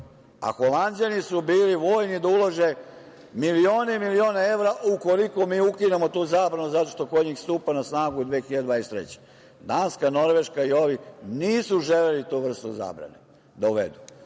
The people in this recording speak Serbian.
a Holanđani su bili voljni da ulože milione i milione evra ukoliko mi ukinemo tu zabranu zato što kod njih stupa na snagu 2023. godine. Danska, Norveška i ovi nisu želeli tu vrstu zabrane